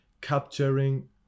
capturing